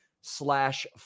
slash